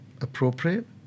appropriate